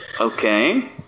Okay